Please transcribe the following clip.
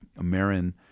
Marin